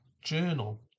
Journal